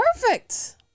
Perfect